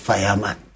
Fireman